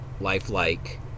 lifelike